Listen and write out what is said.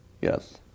Yes